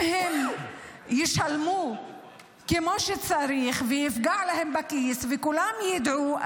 אם הם ישלמו כמו שצריך וזה יפגע להם בכיס וכולם ידעו,